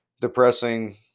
depressing